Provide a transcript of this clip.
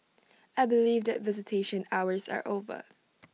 I believe that visitation hours are over